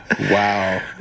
Wow